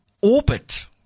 orbit